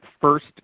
first